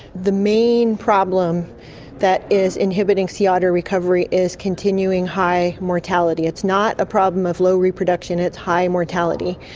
the main problem that is inhibiting sea otter recovery is continuing high mortality. it's not a problem of low reproduction, it's high mortality.